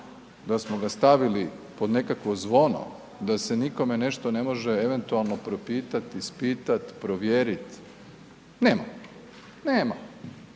Da smo ga stavili pod nekakvo zvono, da se nikome nešto ne može eventualno propitati, ispitat, provjerit? Nemamo. Nema